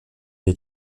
est